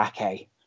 Ake